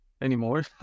anymore